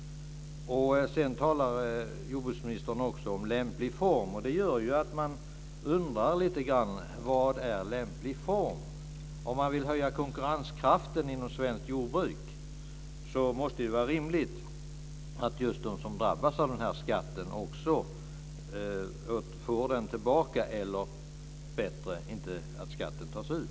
Sedan talar jordbruksministern också om en lämplig form. Då undrar man ju lite grann vad som är en lämplig form. Om man vill höja konkurrenskraften inom svenskt jordbruk måste det vara rimligt att just de som drabbas av den här skatten också får den tillbaka eller - bättre - att inte skatten tas ut.